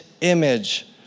image